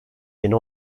bin